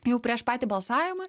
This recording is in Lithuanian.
jau prieš patį balsavimą